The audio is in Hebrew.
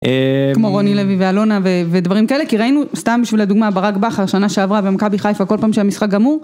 כמו רוני לוי ואלונה ודברים כאלה כי ראינו סתם בשביל הדוגמה ברק בכר שנה שעברה ועם מכבי חיפה כל פעם שהמשחק גמור.